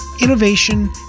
innovation